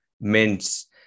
mints